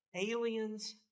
aliens